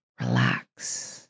relax